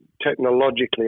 technologically